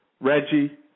Reggie